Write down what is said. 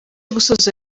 gusoza